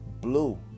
blue